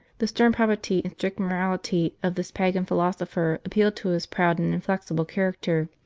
the stern probity and strict morality of this pagan phi losopher appealed to his proud and inflexible character.